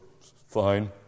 fine